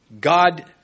God